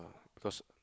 cause